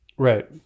Right